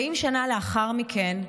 40 שנה לאחר מכן,